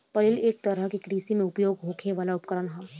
flail एक तरह के कृषि में उपयोग होखे वाला उपकरण ह